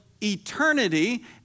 eternity